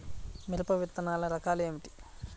మిరప విత్తనాల రకాలు ఏమిటి?